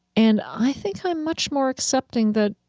and i think i'm much more accepting that,